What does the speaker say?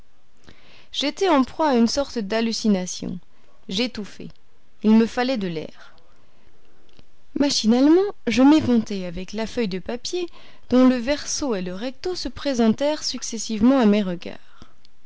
j'étais en proie à une sorte d'hallucination j'étouffais il me fallait de l'air machinalement je m'éventai avec la feuille de papier dont le verso et le recto se présentèrent successivement à mes regards